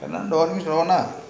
wrong means wrong lah